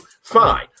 Fine